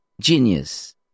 genius